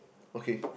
okay